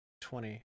Twenty